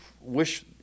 wish